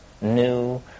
new